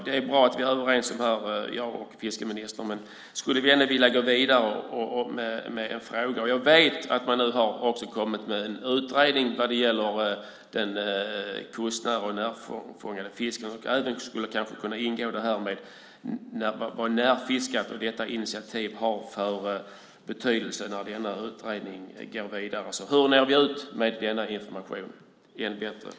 Det är bra att fiskeministern och jag är överens om detta, men jag skulle ändå vilja gå vidare med en fråga. Jag vet att man nu har kommit med en utredning vad gäller den kustnära och närfångade fisken. När denna utredning går vidare skulle kanske även initiativet med Närfiskat och vad det har för betydelse kunna ingå. Hur når vi ut med denna information ännu bättre?